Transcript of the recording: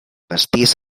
pastís